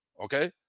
okay